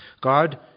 God